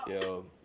yo